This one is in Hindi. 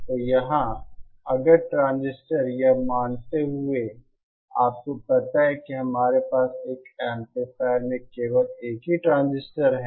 तो यहाँ अगर ट्रांजिस्टरयह मानते हुए कि आपको पता है कि हमारे पास एक एम्पलीफायर में केवल एक ही ट्रांजिस्टर है